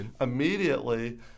immediately